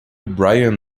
brian